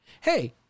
hey –